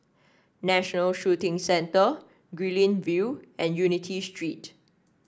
National Shooting Centre Guilin View and Unity Street